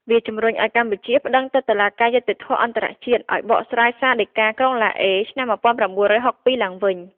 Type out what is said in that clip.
វាជម្រុញឱ្យកម្ពុជាប្ដឹងទៅតុលាការយុត្តិធម៌អន្ដរជាតិ ឱ្យបកស្រាយសាលដីកាក្រុងឡាអេ ឆ្នាំ១៩៦២ឡើងវិញ។